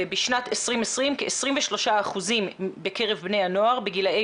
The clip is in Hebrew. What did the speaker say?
בשנת 2020 כ-23% בקרב בני הנוער בגילאי